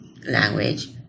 language